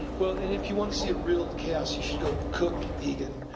well, and if you wanna see real chaos you should go cook egan,